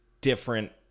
different